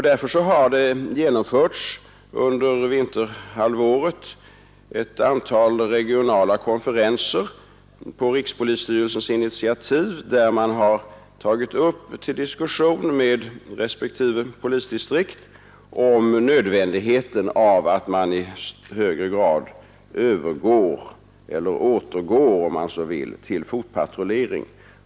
Därför har det under vinterhalvåret genomförts ett antal regionala konferenser på rikspolisstyrelsens initiativ, där man har tagit upp till diskussion med respektive polisdistrikt nödvändigheten av att man i högre grad övergår — eller återgår, om man så vill — till fotpatrullering.